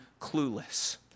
clueless